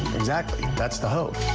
exactly. that's the hope.